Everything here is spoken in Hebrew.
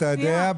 אתה יודע,